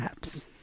apps